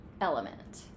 element